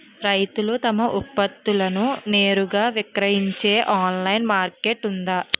రైతులు తమ ఉత్పత్తులను నేరుగా విక్రయించే ఆన్లైన్ మార్కెట్ ఉందా?